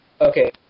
Okay